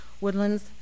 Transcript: Woodlands